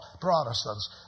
Protestants